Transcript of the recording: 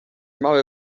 mały